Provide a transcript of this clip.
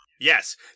Yes